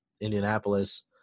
Indianapolis